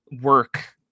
work